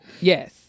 Yes